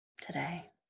today